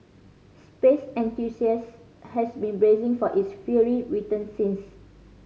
space enthusiasts has been bracing for its fiery return since